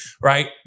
right